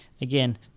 Again